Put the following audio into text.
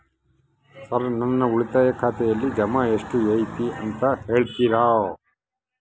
Sir ನನ್ನ ಉಳಿತಾಯ ಖಾತೆಯಲ್ಲಿ ಜಮಾ ಎಷ್ಟು ಐತಿ ಅಂತ ಹೇಳ್ತೇರಾ?